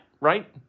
right